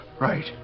Right